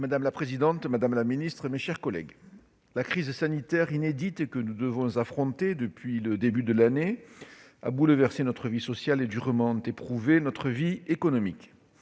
Madame la présidente, madame la ministre, mes chers collègues, la crise sanitaire inédite que nous devons affronter depuis le début de l'année a bouleversé notre vie sociale et durement éprouvé notre vie économique.